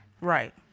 Right